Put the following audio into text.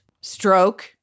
stroke